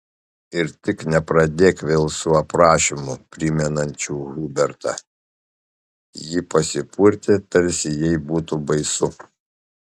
ir tik nepradėk vėl su aprašymu primenančiu hubertą ji pasipurtė tarsi jai būtų baisu